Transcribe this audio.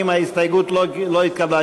ההסתייגות לא התקבלה.